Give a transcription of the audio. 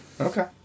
Okay